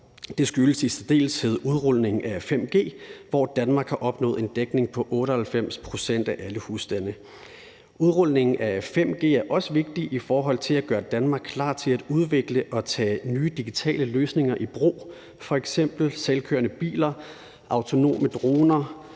Det skyldes i særdeleshed udrulningen af 5G, hvor Danmark har opnået en dækning på 98 pct. af alle husstande. Udrulningen af 5G er også vigtig i forhold til at gøre Danmark klar til at udvikle og tage nye digitale løsninger i brug, f.eks. selvkørende biler, autonome droner,